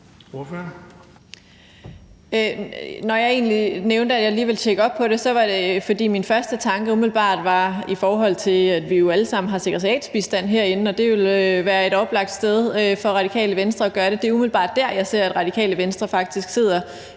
Når jeg nævnte, at jeg lige ville tjekke op på det, var det, fordi min første tanke umiddelbart handlede om, at vi alle sammen har sekretariatsbistand her i Folketinget. Det ville være et oplagt sted for Radikale Venstre at gøre det. Det er umiddelbart der, hvor jeg ser, at Radikale Venstre faktisk sidder